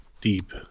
Deep